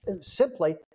simply